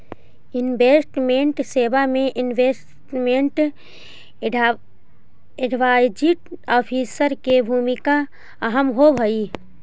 investment सेवा में investment advisory officer के भूमिका अहम होवऽ हई